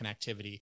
connectivity